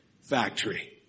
factory